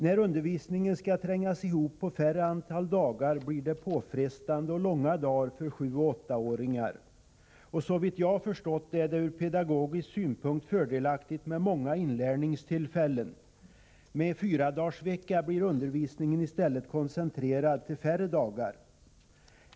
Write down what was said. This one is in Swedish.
När undervisningen skall trängas ihop på mindre antal dagar blir det påfrestande och långa dagar för 7-8-åringar. Såvitt jag har förstått är det ur pedagogisk synpunkt fördelaktigt med många inlärningstillfällen. Med fyradagarsvecka blir undervisningen i stället koncentrerad till färre dagar.